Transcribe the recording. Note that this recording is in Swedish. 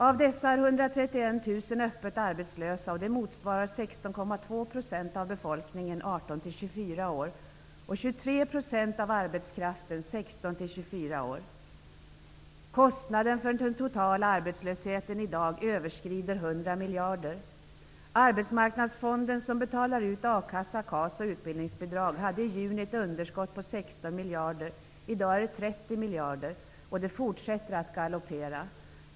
Av dessa är Kostnaden för den totala arbetslösheten överskrider i dag 100 miljarder. KAS och utbildningsbidrag, hade i juni ett underskott på 16 miljarder. I dag är det 30 miljarder, och det fortsätter att galoppera.